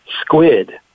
squid